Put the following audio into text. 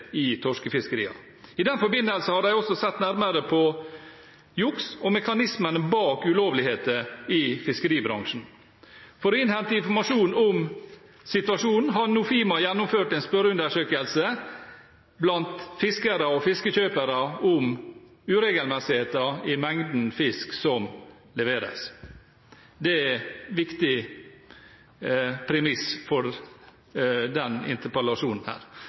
i torskefiskeriene. I den forbindelse har de også sett nærmere på juks og mekanismene bak ulovligheter i fiskeribransjen. For å innhente informasjon om situasjonen har Nofima gjennomført en spørreundersøkelse blant fiskere og fiskekjøpere om uregelmessigheter i mengden fisk som leveres. Det er en viktig premiss for denne interpellasjonen.